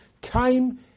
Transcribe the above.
came